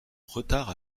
retard